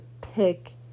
pick